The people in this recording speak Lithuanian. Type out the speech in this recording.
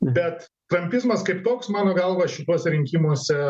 bet trampizmas kaip toks mano galva šituose rinkimuose